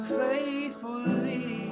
faithfully